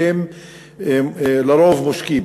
והם לרוב מושקים,